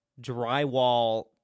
drywall